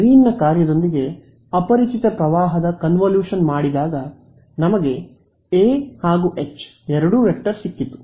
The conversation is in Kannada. ಗ್ರೀನ್ನ ಕಾರ್ಯದೊಂದಿಗೆ ಅಪರಿಚಿತ ಪ್ರವಾಹದ ಕನ್ವೊಲ್ಯೂಷನ್ ಮಾಡಿದಾಗ ನಮಗೆ ಎ ಹಾಗೂ ಎಚ್ ಎರಡೂ ವೆಕ್ಟರ್ ಸಿಕ್ಕಿತು